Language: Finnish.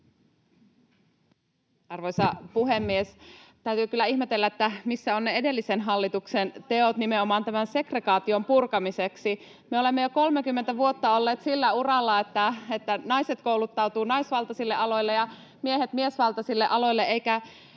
Arvoisa puhemies! Täytyy kyllä ihmetellä, missä ovat ne edellisen hallituksen teot nimenomaan tämän segregaation purkamiseksi. [Antti Kurvinen: Edellinen hallitus mainittu!] Me olemme jo 30 vuotta olleet sillä uralla, että naiset kouluttautuvat naisvaltaisille aloille ja miehet miesvaltaisille aloille,